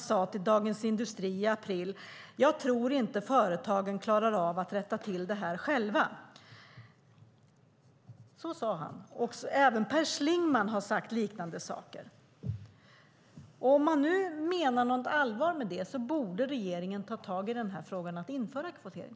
sade till Dagens Industri i april: Jag tror inte att företagen klarar av att rätta till det här själva. Så sade han, och även Per Schlingmann har sagt liknande saker. Om man menar allvar med det borde regeringen ta tag i den här frågan och införa kvotering.